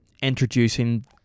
introducing